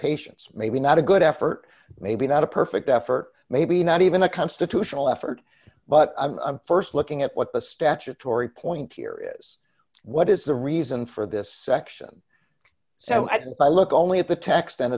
patience maybe not a good effort maybe not a perfect effort maybe not even a constitutional effort but i'm st looking at what the statutory point here is what is the reason for this section so at and by look only at the text and